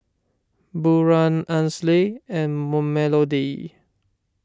Buren Ansley and Melodee